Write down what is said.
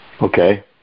Okay